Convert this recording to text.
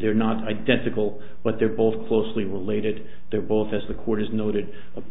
they're not identical but they're both closely related they're both as the court is noted